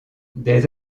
des